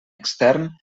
extern